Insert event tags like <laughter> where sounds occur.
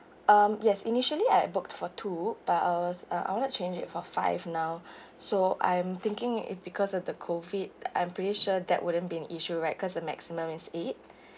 um yes initially I've booked for two but I was I want to change it for five now so I'm thinking it because of the COVID I'm pretty sure that wouldn't been an issue right cause the maximum is eight <breath>